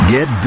Get